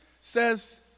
says